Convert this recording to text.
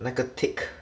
那个 tick